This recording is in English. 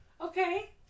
Okay